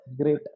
Great